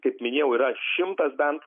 kaip minėjau yra šimtas bent